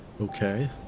Okay